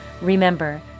Remember